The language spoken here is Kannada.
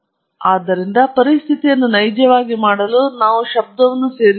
ಆದ್ದರಿಂದ ಪರಿಸ್ಥಿತಿಯನ್ನು ನೈಜವಾಗಿ ಮಾಡಲು ಈಗ ನಾವು ಶಬ್ದವನ್ನು ಸೇರಿಸುತ್ತೇವೆ